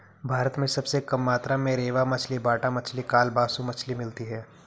भारत में सबसे कम मात्रा में रेबा मछली, बाटा मछली, कालबासु मछली मिलती है